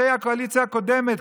גם אנשי הקואליציה הקודמת,